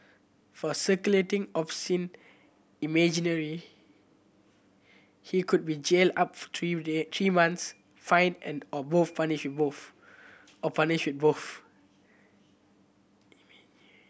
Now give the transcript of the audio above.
for circulating obscene he could be jailed up to three three months fined and or both punished with both or punished with both